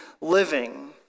living